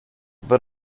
but